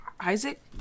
Isaac